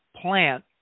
plant